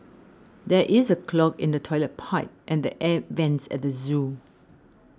there is a clog in the Toilet Pipe and the Air Vents at the zoo